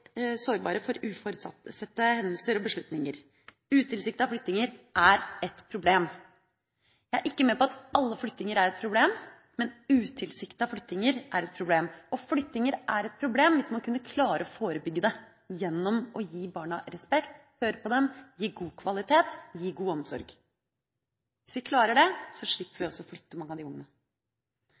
sårbare for uforutsette hendelser og beslutninger. Utilsiktede flyttinger er et problem. Jeg er ikke med på at alle flyttinger er et problem, men utilsiktede flyttinger er et problem. Hvis man kunne klare å forebygge flyttinger gjennom å gi barna respekt, høre på dem, gi god kvalitet og god omsorg, hvis vi klarer det, slipper vi å flytte mange av disse ungene.